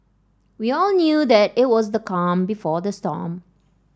we all knew that it was the calm before the storm